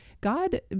God